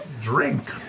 Drink